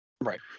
Right